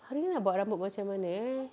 hari ni nak buat rambut macam mana ya